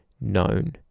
known